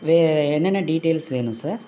வே என்னென்ன டீட்டைல்ஸ் வேணும் சார்